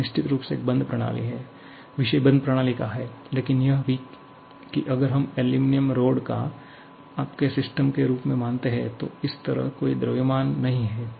यह निश्चित रूप से एक बंद प्रणाली है विषय बंद प्रणाली का है लेकिन यह भी कि अगर हम इस एल्यूमीनियम रॉड को आपके सिस्टम के रूप में मानते हैं तो इस तरह कोई द्रव्यमान प्रवाह नहीं है